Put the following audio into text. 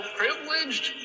privileged